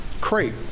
crate